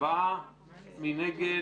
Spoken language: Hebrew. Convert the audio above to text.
מי נגד?